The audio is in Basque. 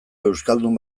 euskaldun